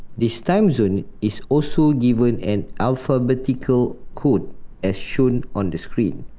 this time zone is also given an alphabetical code as shown on the screen.